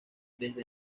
desde